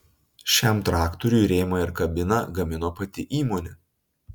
šiam traktoriui rėmą ir kabiną gamino pati įmonė